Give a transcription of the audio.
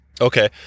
Okay